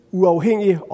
uafhængig